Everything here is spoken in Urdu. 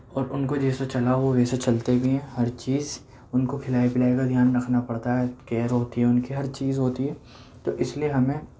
اور اُن کو جیسا چلاؤ وہ ویسا چلتے بھی ہیں ہر چیز اُن کو کھلائی پلائی کا دھیان رکھنا پڑتا ہے کیئر ہوتی ہے اُن کی ہر چیز ہوتی ہے تو اِس لئے ہمیں